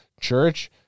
church